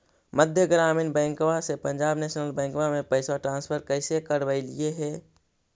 मध्य ग्रामीण बैंकवा से पंजाब नेशनल बैंकवा मे पैसवा ट्रांसफर कैसे करवैलीऐ हे?